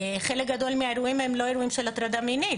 חלק גדול מהאירועים הם לא אירועים של הטרדה מינית.